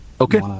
Okay